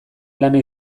lana